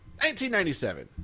1997